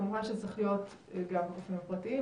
כמובן שזה צריך להיות גם בגופים הפרטיים,